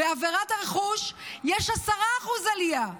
בעבירות הרכוש יש 10% עלייה,